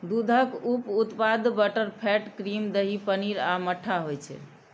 दूधक उप उत्पाद बटरफैट, क्रीम, दही, पनीर आ मट्ठा होइ छै